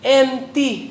empty